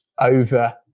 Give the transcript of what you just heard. over